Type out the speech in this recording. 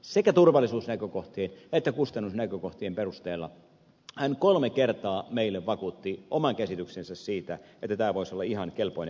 sekä turvallisuusnäkökohtien että kustannusnäkökohtien perusteella hän kolme kertaa meille vakuutti oman käsityksensä siitä että tämä voisi olla ihan kelpoinen vaihtoehto